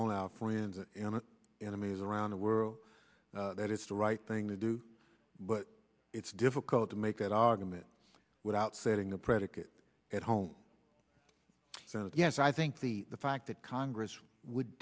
only our friends enemies around the world that it's the right thing to do but it's difficult to make that argument without setting the predicate at home yes i think the fact that congress would